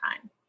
time